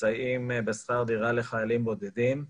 מסייעים בשכר דירה לחיילים בודדים.